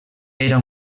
era